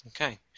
Okay